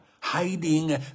Hiding